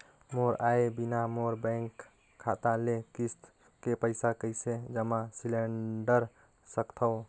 मोर आय बिना मोर बैंक खाता ले किस्त के पईसा कइसे जमा सिलेंडर सकथव?